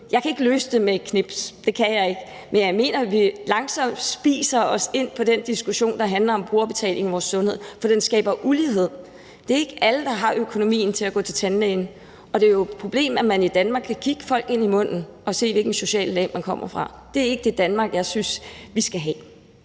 Jeg kan ikke løse det med et fingerknips – det kan jeg ikke – men jeg mener, at vi langsomt spiser os ind på den diskussion, der handler om brugerbetaling i vores sundhedssystem. For den skaber ulighed; det er ikke alle, der har økonomien til at gå til tandlægen, og det er jo et problem, at man i Danmark kan kigge folk i munden og se, hvilket socialt lag de kommer fra. Det er ikke det Danmark, jeg synes vi skal have.